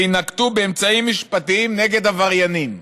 וינקטו אמצעים משפטיים נגד עבריינים,